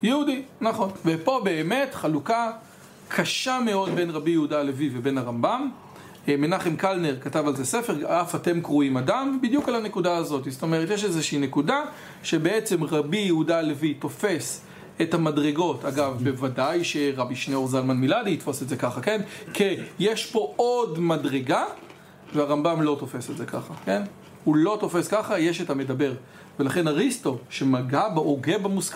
יהודי, נכון, ופה באמת חלוקה קשה מאוד בין רבי יהודה הלוי ובין הרמב״ם. מנחם קלנר כתב על זה ספר, "אף אתם קרואים אדם", בדיוק על הנקודה הזאת. זאת אומרת, יש איזושהי נקודה שבעצם רבי יהודה הלוי תופס את המדרגות אגב, בוודאי שרבי שניאור זלמן מילדי יתפוס את זה ככה, כן? כי יש פה עוד מדרגה, והרמב״ם לא תופס את זה ככה, כן? הוא לא תופס ככה, יש את המדבר ולכן אריסטו, שמגע בהוגה